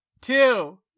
two